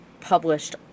published